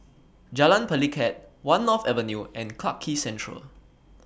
Jalan Pelikat one North Avenue and Clarke Quay Central